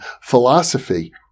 philosophy